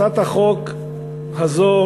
הצעת החוק הזאת,